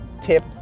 tip